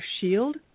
shield